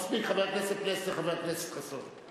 מספיק, חבר הכנסת פלסנר, חבר הכנסת חסון.